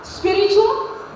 Spiritual